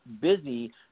busy